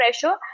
pressure